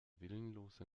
willenlose